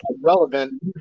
relevant